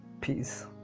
peace